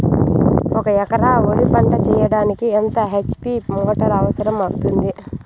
ఒక ఎకరా వరి పంట చెయ్యడానికి ఎంత హెచ్.పి మోటారు అవసరం అవుతుంది?